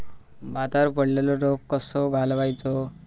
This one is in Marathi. भातावर पडलेलो रोग कसो घालवायचो?